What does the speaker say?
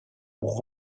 pour